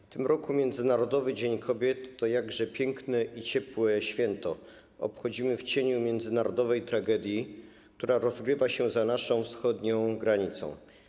W tym roku Międzynarodowy Dzień Kobiet, jakże piękne i ciepłe święto, obchodzimy w cieniu międzynarodowej tragedii, która rozgrywa się za naszą wschodnią granicą.